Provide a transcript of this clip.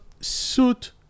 suit